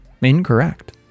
incorrect